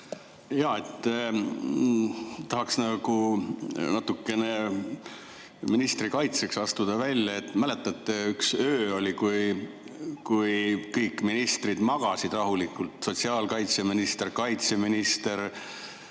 Jaa, tahaks nagu natukene ministri kaitseks välja astuda. Mäletate, üks öö oli, kui kõik ministrid magasid rahulikult – sotsiaalkaitseminister, kaitseminister,